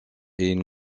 est